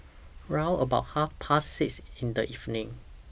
round about Half Past six in The evening